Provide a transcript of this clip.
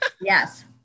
Yes